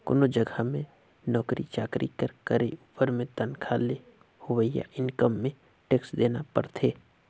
कोनो जगहा में नउकरी चाकरी कर करे उपर में तनखा ले होवइया इनकम में टेक्स देना परथे